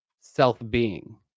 self-being